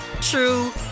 true